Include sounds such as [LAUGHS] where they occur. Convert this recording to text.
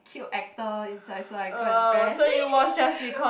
cute actor inside so I go and press [LAUGHS]